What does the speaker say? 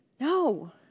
No